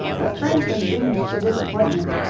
but frank was doomed to disappointment.